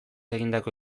egindako